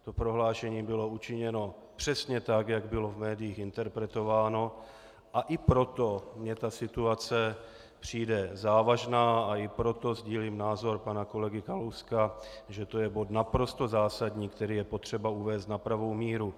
To prohlášení bylo učiněno přesně tak, jak bylo v médiích interpretováno, a i proto mně ta situace přijde závažná a i proto sdílím názor pana kolegy Kalouska, že to je bod naprosto zásadní, který je potřeba uvést na pravou míru.